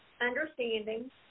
understanding